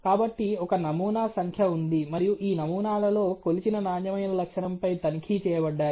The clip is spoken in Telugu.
కాబట్టి ఒక నమూనా సంఖ్య ఉంది మరియు ఈ నమూనాలలో కొలిచిన నాణ్యమైన లక్షణంపై తనిఖీ చేయబడ్డాయి